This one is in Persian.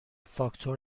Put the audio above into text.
فاکتور